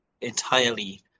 entirely